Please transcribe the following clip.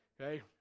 okay